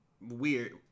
Weird